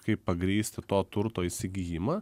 kaip pagrįsti to turto įsigijimą